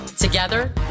Together